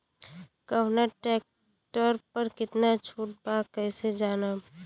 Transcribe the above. कवना ट्रेक्टर पर कितना छूट बा कैसे जानब?